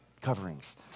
coverings